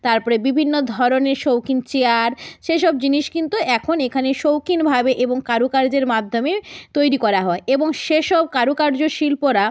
তারপরে বিভিন্ন ধরনের শৌখিন চেয়ার সেসব জিনিস কিন্তু এখন এখানে শৌখিনভাবে এবং কারুকার্যের মাধ্যমে তৈরি করা হয় এবং সেসব কারুকার্য শিল্পরা